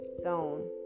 zone